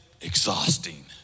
exhausting